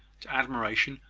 to admiration,